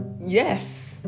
Yes